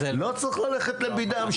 לא צריך ללכת לבית הדין,